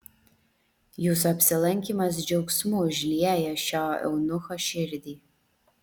jūsų apsilankymas džiaugsmu užlieja šio eunucho širdį